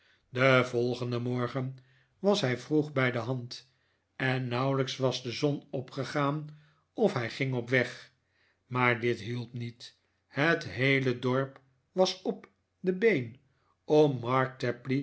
den volgenden morgen was hij vroeg bij de hand en nauwelijks was de zon opgegaan of hij ging op weg maar dit hielp niet het heele dorp was op de been